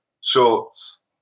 shorts